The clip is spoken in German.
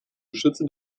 geschütze